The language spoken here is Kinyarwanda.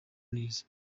neza